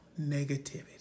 negativity